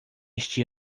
este